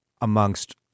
amongst